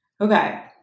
Okay